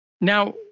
Now